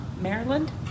Maryland